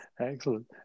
Excellent